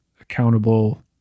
accountable